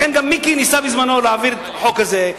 לכן גם מיקי ניסה בזמנו להעביר את החוק הזה,